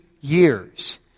years